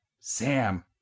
Sam